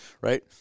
Right